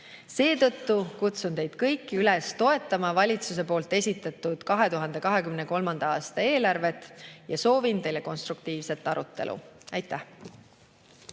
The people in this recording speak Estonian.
Seetõttu kutsun teid kõiki üles toetama valitsuse esitatud 2023. aasta eelarvet ja soovin teile konstruktiivset arutelu. Aitäh!